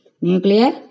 nuclear